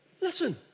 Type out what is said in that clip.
Listen